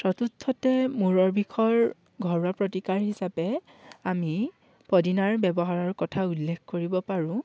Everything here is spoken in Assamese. চতুৰ্থতে মূৰৰ বিষৰ ঘৰুৱা প্ৰতিকাৰ হিচাপে আমি পদিনাৰ ব্যৱহাৰৰ কথা উল্লেখ কৰিব পাৰোঁ